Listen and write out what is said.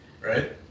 right